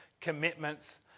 commitments